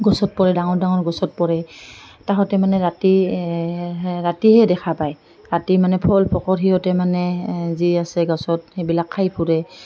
গছত পৰে ডাঙৰ ডাঙৰ গছত পৰে তাহঁতে মানে ৰাতি ৰাতিহে দেখা পায় ৰাতি মানে ফল পোকৰ সিহঁতে মানে যি আছে গছত সেইবিলাক খাই ফুৰে